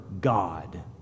God